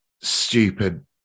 stupid